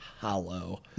hollow